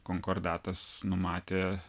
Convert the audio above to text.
konkordatas numatė